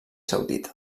saudita